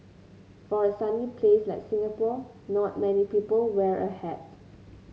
for a sunny place like Singapore not many people wear a hat